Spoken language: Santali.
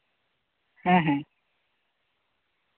ᱦᱮᱸ ᱦᱮᱸ